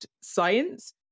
science